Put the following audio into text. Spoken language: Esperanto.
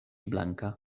blanka